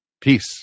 Peace